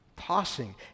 tossing